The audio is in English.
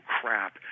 crap